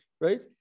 right